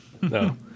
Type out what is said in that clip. no